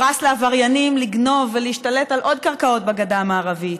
פרס לעבריינים לגנוב ולהשתלט על עוד קרקעות בגדה המערבית,